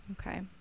Okay